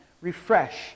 Refresh